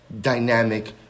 dynamic